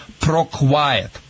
ProQuiet